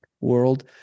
world